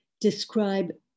describe